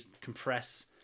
compress